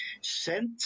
sent